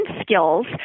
skills